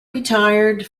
retired